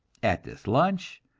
at this lunch,